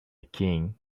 king